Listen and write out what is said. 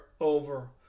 over